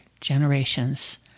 generations